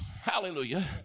hallelujah